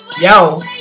yo